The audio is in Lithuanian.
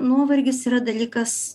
nuovargis yra dalykas